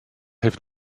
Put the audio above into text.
heeft